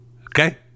Okay